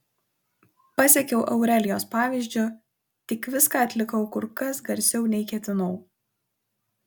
pasekiau aurelijos pavyzdžiu tik viską atlikau kur kas garsiau nei ketinau